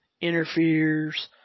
interferes